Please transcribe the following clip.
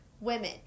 women